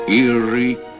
eerie